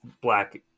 black